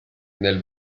nel